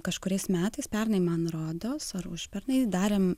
kažkuriais metais pernai man rodos ar užpernai darėm